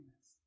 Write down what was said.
this